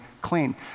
clean